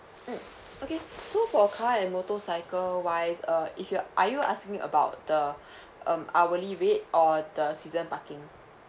mm okay so for car and motorcycle wise uh if you're are you asking about the um hourly rate or the season parking